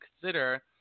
consider